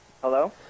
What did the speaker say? Hello